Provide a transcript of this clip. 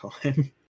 time